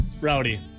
Rowdy